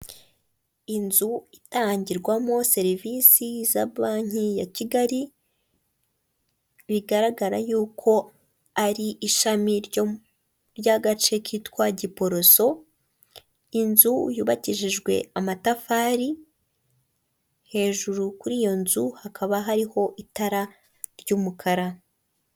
Inzu itangirwamo serivisi za banki ya Kigali bigaragara yuko ari ishami ry'agace kitwa Giporoso, inzu yubakishijwe amatafari hejuru kuri iyo nzu hakaba hariho itara ry'umukara.